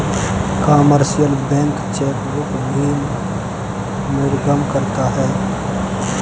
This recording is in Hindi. कमर्शियल बैंक चेकबुक भी निर्गम करता है